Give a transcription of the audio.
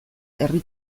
herri